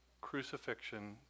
crucifixion